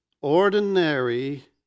ordinary